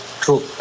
true